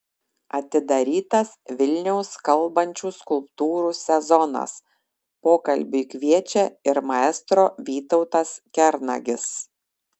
atidarytas vilniaus kalbančių skulptūrų sezonas pokalbiui kviečia ir maestro vytautas kernagis